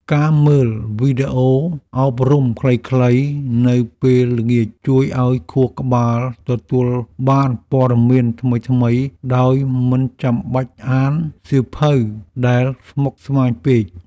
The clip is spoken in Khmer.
ការមើលវីដេអូអប់រំខ្លីៗនៅពេលល្ងាចជួយឱ្យខួរក្បាលទទួលបានព័ត៌មានថ្មីៗដោយមិនចាំបាច់អានសៀវភៅដែលស្មុគស្មាញពេក។